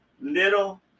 Little